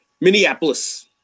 Minneapolis